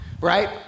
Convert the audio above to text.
Right